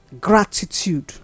gratitude